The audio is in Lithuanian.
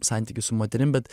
santykį su moterim bet